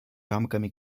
рамками